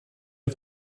auf